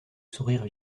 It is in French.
sourire